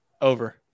over